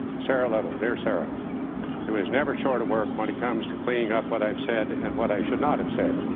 sarah little. dear sarah who is never short of work when it comes to cleaning up what i said and what i should not have said